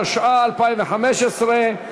התשע"ה 2015,